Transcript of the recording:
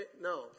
No